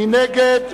מי נגד?